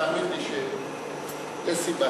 תאמין לי שיש סיבה.